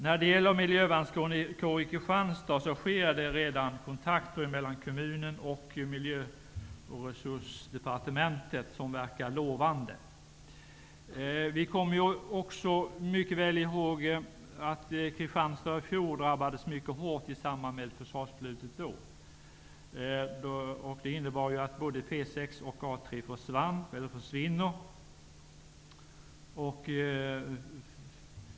När det gäller en miljövärnskår i Kristianstad sker det redan kontakter mellan kommunen och Miljöoch naturresursdepartementet som verkar lovande. Vi kommer också mycket väl ihåg att Kristianstad i fjol drabbades mycket hårt i samband med försvarsbeslutet då. Det innebar att både P 6 och A 3 kommer att försvinna.